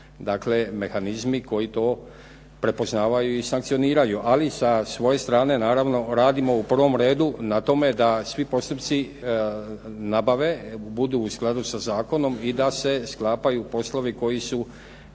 dakle mehanizmi koji to prepoznavaju i sankcioniraju, ali sa svoje strane naravno radimo u prvom redu na tome da svi postupci nabave budu u skladu sa zakonom i da se sklapaju poslovi koji su